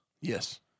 Yes